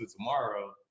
tomorrow